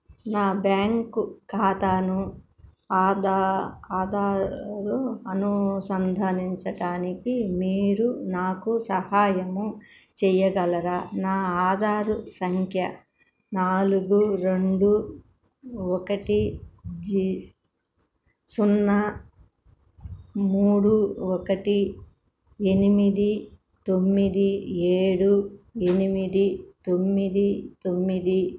నా బ్యాంకు ఖాతాను ఆధా ఆధార్తో అనుసంధానించటానికి మీరు నాకు సహాయము చెయ్యగలరా నా ఆధారు సంఖ్య నాలుగు రెండు ఒకటి జీ సున్నా మూడు ఒకటి ఎనిమిది తొమ్మిది ఏడు ఎనిమిది తొమ్మిది తొమ్మిది